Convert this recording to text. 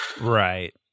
Right